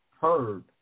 heard